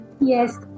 Yes